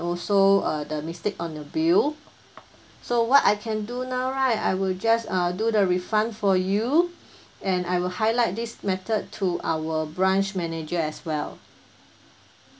also uh the mistake on the bill so what I can do now right I will just uh do the refund for you and I will highlight this matter to our branch manager as well